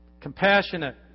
compassionate